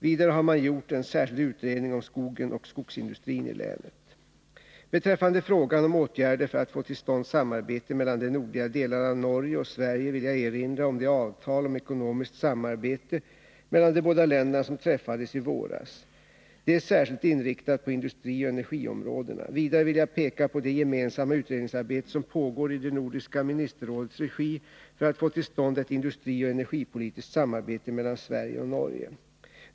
Vidare har man gjort en särskild utredning om skogen och skogsindustrin i länet. Beträffande frågan om åtgärder för att få till stånd samarbete mellan de nordliga delarna av Norge och Sverige vill jag erinra om det avtal om ekonomiskt samarbete mellan de båda länderna som träffades i våras. Det är särskilt inriktat på industrioch energiområdena. Vidare vill jag peka på det gemensamma utredningsarbete som pågår i Nordiska ministerrådets regi för att få till stånd ett industrioch energipolitiskt samarbete mellan Sverige och Norge.